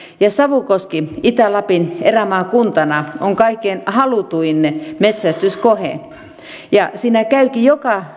ja savukoski itä lapin erämaakuntana on kaikkein halutuin metsästyskohde siinä käykin joka